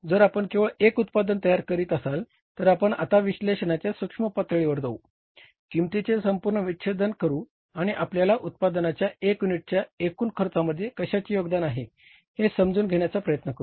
जर आपण केवळ एक उत्पादन तयार करीत असाल तर आपण आता विश्लेषणाच्या सूक्ष्म पातळीवर जाऊ किंमतीचे संपूर्ण विच्छेदन करू आणि आपल्या उत्पादनाच्या 1 युनिटच्या एकूण खर्चामध्ये कशाचे योगदान आहे हे समजून घेण्याचा प्रयत्न करूया